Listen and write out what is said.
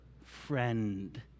friend